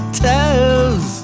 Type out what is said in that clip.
toes